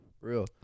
real